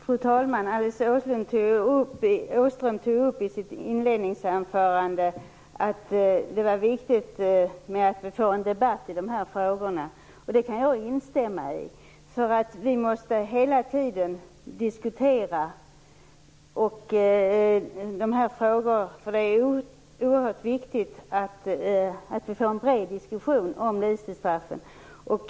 Fru talman! Alice Åström tog i sitt inledningsanförande upp att det är viktigt att vi får en debatt i de här frågorna. Det kan jag instämma i. Vi måste hela tiden diskutera de här frågorna. Det är oerhört viktigt att vi får en bred diskussion om livstidsstraffet.